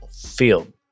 field